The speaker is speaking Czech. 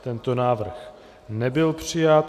Tento návrh nebyl přijat.